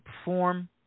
perform